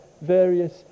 various